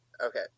Okay